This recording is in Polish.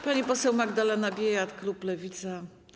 Pani poseł Magdalena Biejat, klub Lewica.